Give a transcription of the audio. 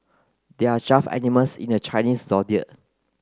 there are twelve animals in the Chinese Zodiac